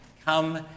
come